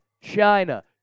China